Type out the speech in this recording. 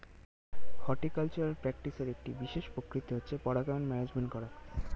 horticultural প্র্যাকটিসের একটি বিশেষ প্রকৃতি হচ্ছে পরাগায়ন ম্যানেজমেন্ট করা